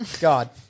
God